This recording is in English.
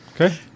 Okay